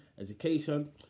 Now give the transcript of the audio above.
education